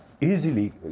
easily